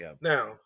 Now